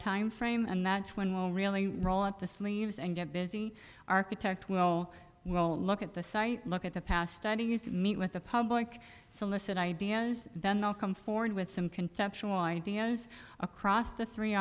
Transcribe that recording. timeframe and that's when we'll really roll up the sleeves and get busy architect will well look at the site look at the past any used to meet with the public solicit ideas then they'll come forward with some conceptual ideas across the three